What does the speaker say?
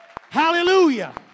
Hallelujah